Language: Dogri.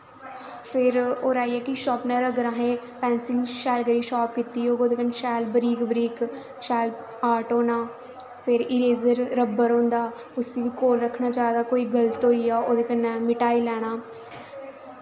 फिर आइया कि शार्पनर असें पैंसल शैल शार्प कीती दी होग ओह्दे कन्नै शैल बरीक बरीक शैल आर्ट होना फिर इरेज़र रब्बड़ होंदा उस्सी बी कोल रक्खना चाहिदा कोई गल्त होई जा मटाई लैना